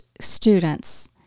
students